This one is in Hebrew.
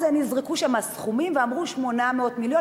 אז נזרקו שם סכומים ואמרו: 800 מיליון.